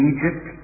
Egypt